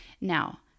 Now